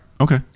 Okay